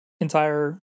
entire